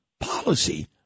policy